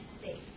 safe